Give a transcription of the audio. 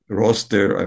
roster